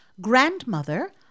Grandmother